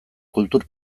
kultur